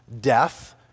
death